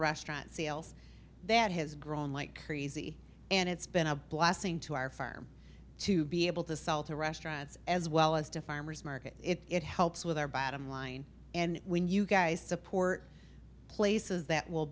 restaurant sales that has grown like crazy and it's been a blessing to our farm to be able to sell to restaurants as well as to farmer's market it helps with our bottom line and when you guys support places that will